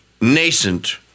Nascent